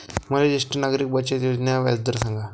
मले ज्येष्ठ नागरिक बचत योजनेचा व्याजदर सांगा